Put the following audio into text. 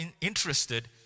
interested